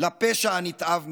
לפשע הנתעב מכול.